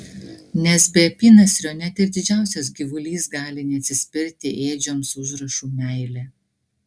nes be apynasrio net ir didžiausias gyvulys gali neatsispirti ėdžioms su užrašu meilė